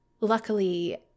luckily